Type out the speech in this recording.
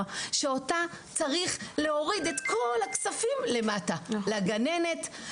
שבה צריך להוריד את כל הכספים למטה לגננת,